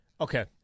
Okay